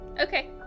Okay